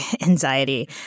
anxiety